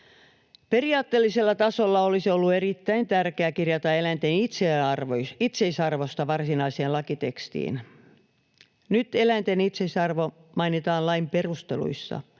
Periaatteellisella tasolla olisi ollut erittäin tärkeää kirjata eläinten it-seisarvosta varsinaiseen lakitekstiin. Nyt eläinten itseisarvo mainitaan lain perusteluissa.